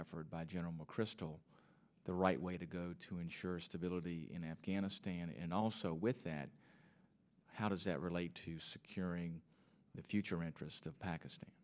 effort by general mcchrystal the right way to go to ensure stability in afghanistan and also with that how does that relate to securing the future interest of pakistan